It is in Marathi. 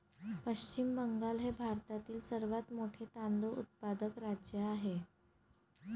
पश्चिम बंगाल हे भारतातील सर्वात मोठे तांदूळ उत्पादक राज्य आहे